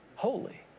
holy